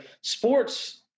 sports